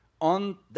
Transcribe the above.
on